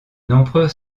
nombreux